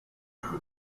pugni